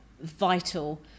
vital